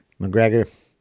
McGregor